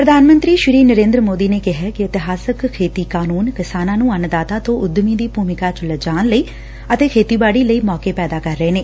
ਪ੍ਰਧਾਨ ਮੰਤਰੀ ਨਰੇਦਰ ਮੋਦੀ ਨੇ ਕਿਹੈ ਕਿ ਇਤਿਹਾਸਕ ਖੇਤੀ ਕਾਨੂੰਨ ਕਿਸਾਨਾਂ ਨੂੰ ਅੰਨਦਾਤਾ ਰੋ ਉੱਦਮੀ ਦੀ ਭੂਮਿਕਾ ਚ ਲਿਜਾਣ ਲਈ ਅਤੇ ਖੇਤੀਬਾੜੀ ਲਈ ਮੌਕੇ ਪੈਦਾ ਕਰ ਰਹੇ ਨੇ